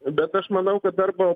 bet aš manau kad arba